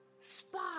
spot